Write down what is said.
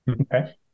okay